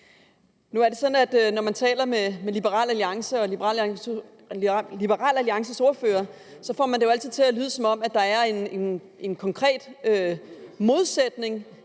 sådan, at Liberal Alliance og Liberal Alliances ordfører altid får det til at lyde, som om der er en konkret modsætning